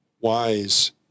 wise